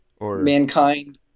Mankind